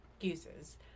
excuses